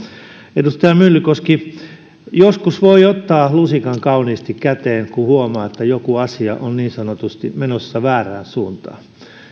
edustaja myllykoski joskus voi ottaa lusikan kauniiseen käteen kun huomaa että joku asia on niin sanotusti menossa väärään suuntaan